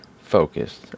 focused